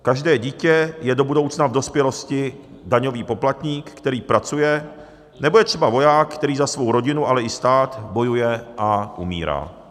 Každé dítě je do budoucna v dospělosti daňový poplatník, který pracuje, nebo je třeba voják, který za svou rodinu, ale i stát bojuje a umírá.